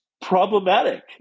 problematic